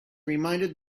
reminded